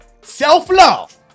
Self-love